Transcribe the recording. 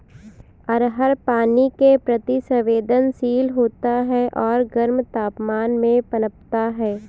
अरहर पानी के प्रति संवेदनशील होता है और गर्म तापमान में पनपता है